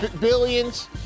Billions